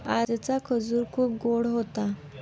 आजचा खजूर खूप गोड होता